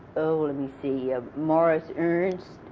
oh, let me see ah morris ernst,